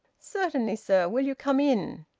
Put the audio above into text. certainly, sir. will you come in?